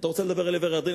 אתה רוצה לדבר על עבר הירדן,